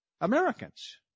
Americans